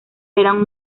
eran